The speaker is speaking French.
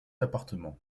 appartement